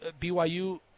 BYU –